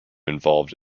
involved